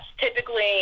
typically